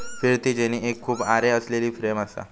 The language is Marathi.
फिरती जेनी एक खूप आरे असलेली फ्रेम असा